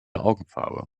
augenfarbe